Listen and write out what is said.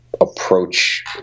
approach